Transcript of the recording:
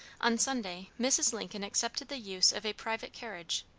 on sunday mrs. lincoln accepted the use of a private carriage,